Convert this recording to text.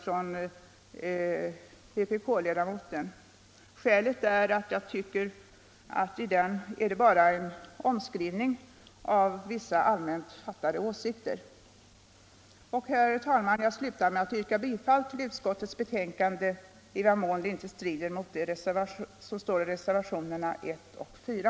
Inte heller begriper jag varför bonden kom in i sammanhanget när det gäller § 136 a, om det inte möjligen var så att denna bonde skulle sälja sin mark till någon miljöfarlig industri.